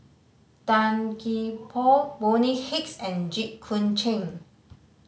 Tan Gee Paw Bonny Hicks and Jit Koon Ch'ng